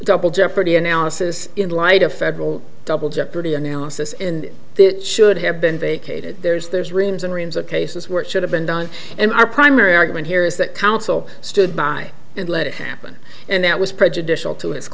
double jeopardy analysis in light of federal double jeopardy analysis in the should have been vacated there's there's reams and reams of cases where it should have been done and our primary argument here is that counsel stood by and let it happen and that was prejudicial to